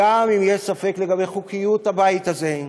גם אם יש ספק לגבי חוקיות הבית הזה,